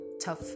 tough